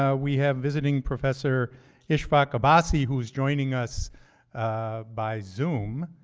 yeah we have visiting professor ishfaque abbasi, who's joining us by zoom